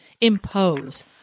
impose